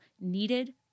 needed